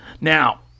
Now